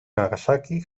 nagasaki